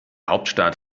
hauptstadt